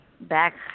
back